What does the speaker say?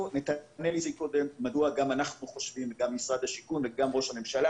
נתנאל הציג קודם מדוע גם אנחנו חושבים וגם משרד השיכון וגם ראש הממשלה,